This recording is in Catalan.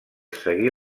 seguir